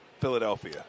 philadelphia